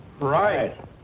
Right